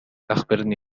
أخبرني